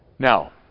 Now